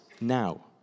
now